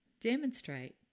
demonstrate